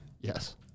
Yes